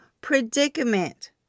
predicament